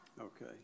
Okay